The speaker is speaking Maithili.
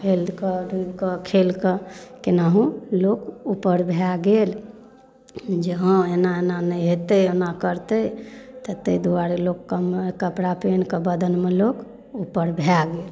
हेलकऽ डुबिकऽ खेलकऽ केनाहु लोक उपर भए गेल जे हँ एना एना नहेतै ओना करतै तऽ तै दुआरे लोक कमे कपड़ा पहिनकऽ बदनमे लोक उपर भए गेल